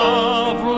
Love